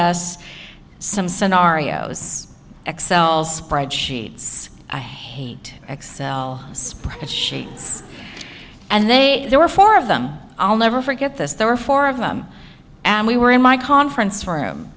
us some sun r e o s excel spreadsheets i hate excel spreadsheets and they there were four of them i'll never forget this there were four of them and we were in my conference room